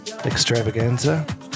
extravaganza